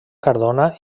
cardona